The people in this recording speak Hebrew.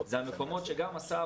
אלה המקומות שגם השר,